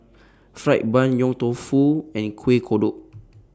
Fried Bun Yong Tau Foo and Kuih Kodok